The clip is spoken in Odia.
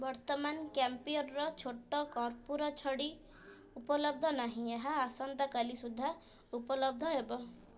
ବର୍ତ୍ତମାନ କ୍ୟାମ୍ପ୍ୟୋର୍ର ଛୋଟ କର୍ପୂର ଛଡ଼ି ଉପଲବ୍ଧ ନାହିଁ ଏହା ଆସନ୍ତା କାଲି ସୁଦ୍ଧା ଉପଲବ୍ଧ ହେବ